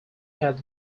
had